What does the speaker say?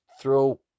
throw